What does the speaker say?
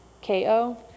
k-o